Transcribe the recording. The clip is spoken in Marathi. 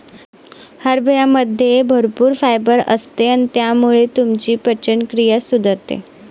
हरभऱ्यामध्ये भरपूर फायबर असते आणि त्यामुळे तुमची पचनक्रिया सुधारते